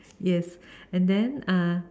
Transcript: yes and then uh